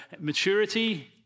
Maturity